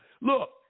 Look